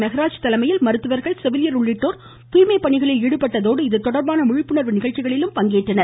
மெஹராஜ் தலைமையில் மருத்துவர்கள் செவிலியர் உள்ளிட்டோர் தூய்மைப் பணிகளில் ஈடுபட்டதோடு இதுதொடர்பான விழிப்புணர்வு நிகழ்ச்சிகளிலும் பங்கேற்றனர்